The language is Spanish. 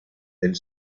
del